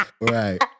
Right